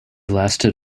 lasted